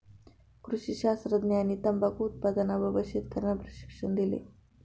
कृषी शास्त्रज्ञांनी तंबाखू उत्पादनाबाबत शेतकर्यांना प्रशिक्षण दिले